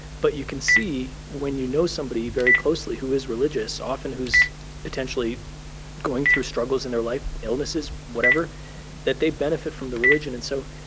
but you can see when you know somebody very closely who is religious, often who's potentially going through struggles in their life illnesses, whatever that they benefit from the religion. and so